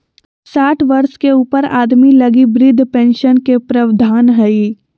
साठ वर्ष के ऊपर आदमी लगी वृद्ध पेंशन के प्रवधान हइ